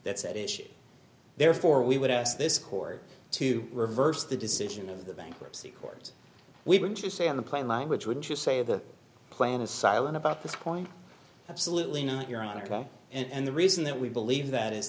that's at issue therefore we would ask this court to reverse the decision of the bankruptcy court we were interested in the plain language would you say the plan is silent about this point absolutely not your honor and the reason that we believe that is